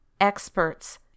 experts